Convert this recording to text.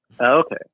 Okay